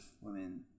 women